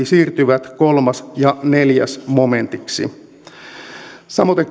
siirtyvät kolme ja neljä momentiksi samoiten